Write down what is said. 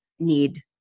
Need